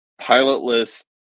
pilotless